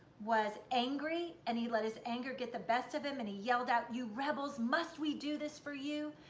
was angry and he let his anger get the best of him and he yelled out you rebels, must we do this for you?